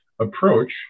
approach